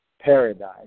paradise